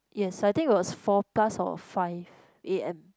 yes I think it was four plus or five a_m